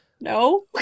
no